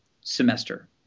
semester